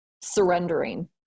surrendering